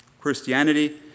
Christianity